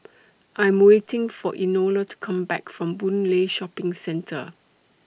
I Am waiting For Enola to Come Back from Boon Lay Shopping Centre